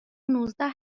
نوزده